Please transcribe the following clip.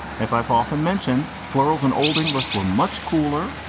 as i've often mentioned, plurals and old english were much cooler.